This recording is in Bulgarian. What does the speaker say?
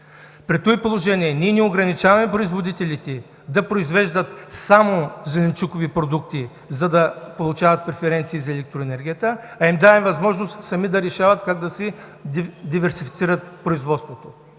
При това положение не ограничаваме производителите да произвеждат само зеленчукови продукти, за да получават преференции за електроенергията, а им даваме възможност сами да си диверсифицират производството.